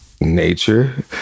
nature